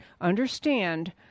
Understand